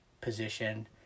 position